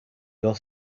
your